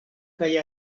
kaj